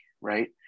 right